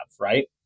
right